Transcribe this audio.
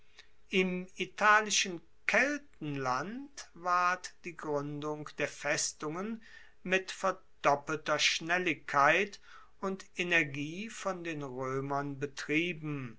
im italischen kettenland ward die gruendung der festungen mit verdoppelter schnelligkeit und energie von den roemern betrieben